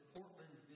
Portland